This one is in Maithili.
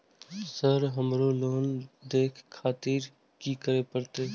सर हमरो लोन देखें खातिर की करें परतें?